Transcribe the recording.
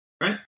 Right